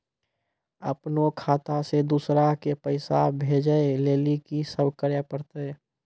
अपनो खाता से दूसरा के पैसा भेजै लेली की सब करे परतै?